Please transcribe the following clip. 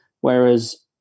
Whereas